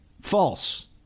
false